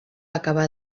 acabar